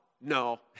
no